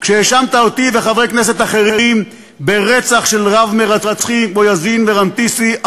כשהאשמת אותי וחברי כנסת אחרים ברצח של רב-מרצחים כמו יאסין ורנתיסי,